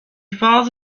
falls